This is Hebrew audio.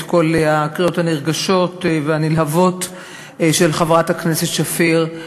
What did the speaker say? את כל הקריאות הנרגשות והנלהבות של חברת הכנסת שפיר,